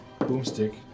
Boomstick